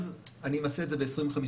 אז אני אמסה את זה ב-25%.